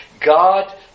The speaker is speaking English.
God